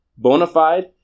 Bonafide